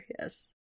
yes